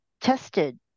tested